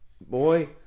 Boy